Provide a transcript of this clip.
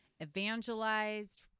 evangelized